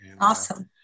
Awesome